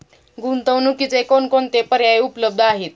गुंतवणुकीचे कोणकोणते पर्याय उपलब्ध आहेत?